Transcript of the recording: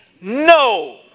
no